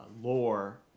lore